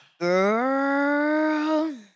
Girl